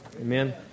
amen